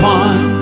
one